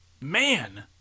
Man